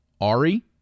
Ari